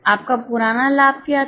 आपका पुराना लाभ क्या था